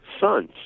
sons